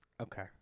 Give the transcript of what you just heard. Okay